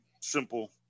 simple